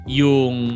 yung